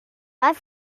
pas